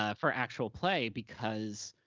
ah for actual play because